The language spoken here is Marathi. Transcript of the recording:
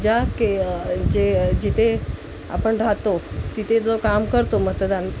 ज्या के जे जिथे आपण राहतो तिथे जो काम करतो मतदान